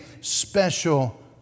special